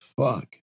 Fuck